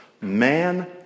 Man